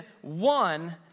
one